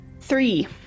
Three